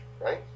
right